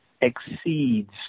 exceeds